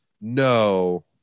no